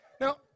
Now